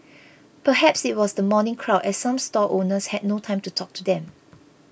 perhaps it was the morning crowd as some stall owners had no time to talk to them